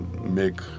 make